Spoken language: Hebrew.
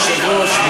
אדוני היושב-ראש,